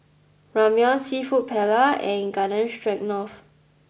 Ramyeon Seafood Paella and Garden Stroganoff